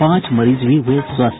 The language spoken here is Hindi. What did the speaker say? पांच मरीज भी हुये स्वस्थ